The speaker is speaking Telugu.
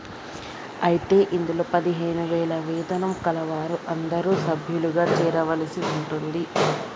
అయితే ఇందులో పదిహేను వేల వేతనం కలవారు అందరూ సభ్యులుగా చేరవలసి ఉంటుంది